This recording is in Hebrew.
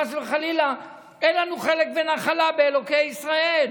חס וחלילה: אין לנו חלק ונחלה באלוקי ישראל.